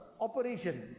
operation